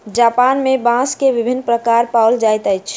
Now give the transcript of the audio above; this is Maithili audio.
जापान में बांस के विभिन्न प्रकार पाओल जाइत अछि